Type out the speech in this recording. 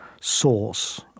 source